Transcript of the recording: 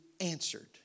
answered